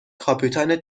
کاپیتان